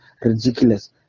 ridiculous